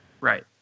right